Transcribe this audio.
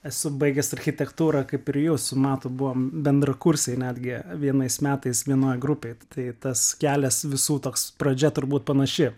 esu baigęs architektūrą kaip ir jūs su matu buvom bendrakursiai netgi vienais metais vienoj grupėj tai tas kelias visų toks pradžia turbūt panaši